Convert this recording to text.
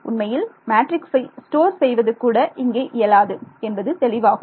உண்மையில் matrix store செய்வது கூட இங்கே இயலாது என்பது தெளிவாகும்